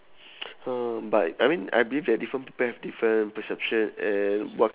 oh but I mean I believe that different people have different perception and what